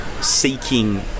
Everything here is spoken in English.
seeking